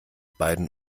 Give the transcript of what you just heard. beiden